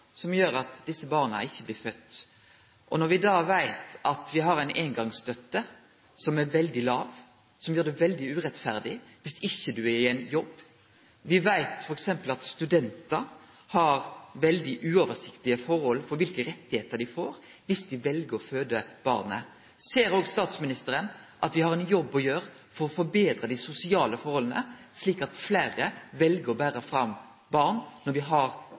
som gjer at desse barna ikkje blir fødde. Me veit at me har ein eingongsstønad som er veldig låg, og det gjer det veldig urettferdig om ein ikkje er i ein jobb. Me veit f.eks. at studentar har veldig lita oversikt over kva for rettar dei har om dei vel å føde barnet. Ser statsministeren at me har ein jobb å gjere for å forbetre dei sosiale forholda, slik at fleire vel å bere fram barn – når me har